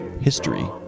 history